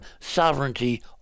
sovereignty